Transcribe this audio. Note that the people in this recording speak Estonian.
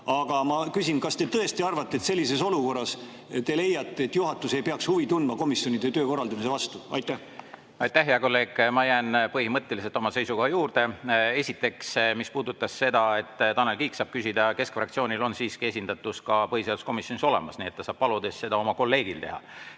Aga ma küsin: kas te tõesti arvate, sellises olukorras te leiate, et juhatus ei peaks huvi tundma komisjonide töö korraldamise vastu? Aitäh, hea kolleeg! Ma jään põhimõtteliselt oma seisukoha juurde. Esiteks, mis puudutab seda, et Tanel Kiik saab küsida, siis keskfraktsioonil on siiski esindatus ka põhiseaduskomisjonis olemas, nii et ta saab paluda seda oma kolleegil teha.